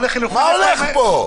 מה הולך פה?